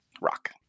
rock